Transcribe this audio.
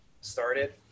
started